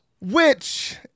Which-